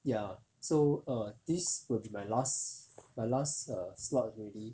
ya so err this will be my last my last err slot already